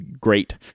great